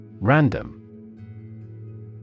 Random